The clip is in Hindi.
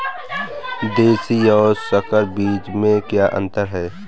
देशी और संकर बीज में क्या अंतर है?